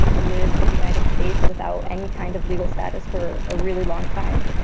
lived in the united states without any kind of legal status for a really long time.